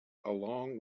along